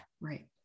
Right